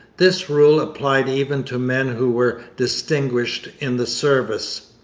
this rule applied even to men who were distinguished in the service.